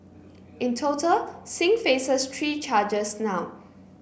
in total Singh faces three charges now